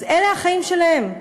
אז אלה החיים שלהם.